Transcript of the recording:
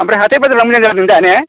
ओमफ्राय हाथाइ बाजारा मोजां जादोंदा ने